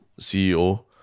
CEO